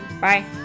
Bye